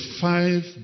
five